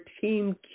team